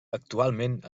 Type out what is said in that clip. actualment